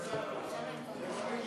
ההוצאה לפועל (תיקון,